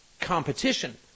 competition